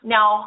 Now